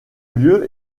lieu